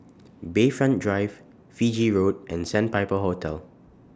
Bayfront Drive Fiji Road and Sandpiper Hotel